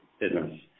business